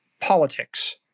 politics